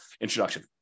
introduction